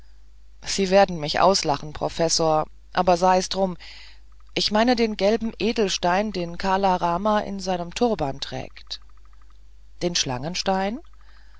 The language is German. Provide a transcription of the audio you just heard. sie werden mich auslachen professor aber sei's drum ich meine den gelben edelstein den kala rama in seinem turban trägt den